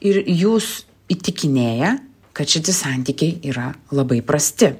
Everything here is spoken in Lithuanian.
ir jus įtikinėja kad šiti santykiai yra labai prasti